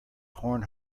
horn